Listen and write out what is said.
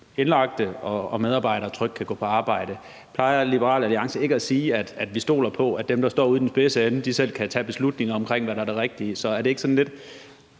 indlagte og medarbejdere trygt kan gå på arbejde. Plejer Liberal Alliance ikke at sige, at man stoler på, at dem, der står ude i den spidse ende, selv kan tage beslutning om, hvad der er det rigtige? Er det ikke lidt